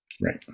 Right